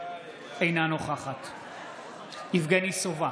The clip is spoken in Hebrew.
אינה נוכחת יבגני סובה,